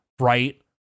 right